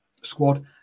squad